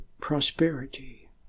prosperity